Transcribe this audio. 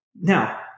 now